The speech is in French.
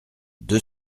deux